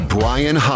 Brian